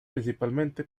principalmente